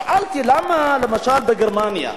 שאלתי למה, למשל, בגרמניה,